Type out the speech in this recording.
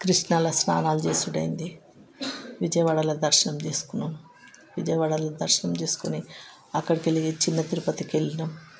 కృష్ణలో స్నానం చేసుడు అయ్యింది విజయవాడలో దర్శనం చేసుకున్నాం విజయవాడల దర్శనం చేసుకుని అక్కడికి వెళ్ళి చిన్న తిరుపతికి వెళ్ళిన్నాం